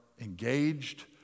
engaged